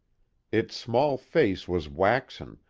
its small face was waxen,